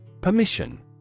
Permission